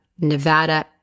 Nevada